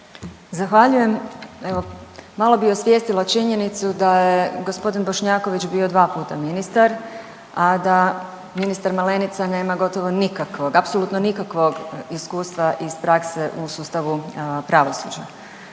Zahvaljujem. Evo malo bi osvijestila činjenicu da je g. Bošnjaković bio dva puta ministar, a da ministar Malenica nema gotovo nikakvog, apsolutno nikakvog iskustva iz prakse u sustavu pravosuđa.